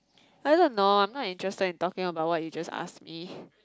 I don't know I'm not interested in talking about what you just ask me